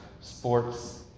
sports